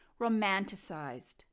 romanticized